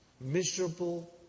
miserable